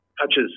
touches